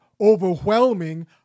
overwhelming